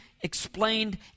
explained